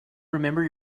remember